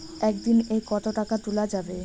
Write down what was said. একদিন এ কতো টাকা তুলা যাবে?